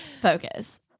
Focus